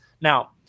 now